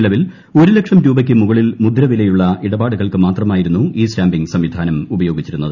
നിലവിൽ ഒരു ലക്ഷം രൂപയ്ക്ക് മുകളിൽ മുദ്രവിലയുള്ള് ഇടപാടുകൾക്ക് മാത്രമായിരുന്നു ഇ സ്റ്റാമ്പിംഗ് സംവിധാനം ഉപയോഗിച്ചിരുന്നത്